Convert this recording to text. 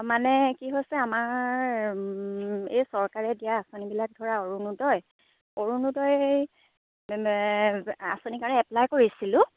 মানে কি হৈছে আমাৰ এই চৰকাৰে দিয়া আঁচনিবিলাক ধৰা অৰুণোদয় অৰুণোদয় আঁচনিৰ কাৰণে এপ্লাই কৰিছিলোঁ